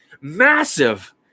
Massive